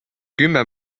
kümme